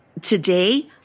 today